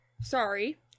Sorry